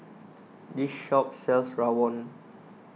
the shop sells Rawon